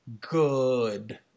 good